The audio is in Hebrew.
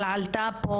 אבל עלה פה